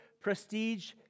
prestige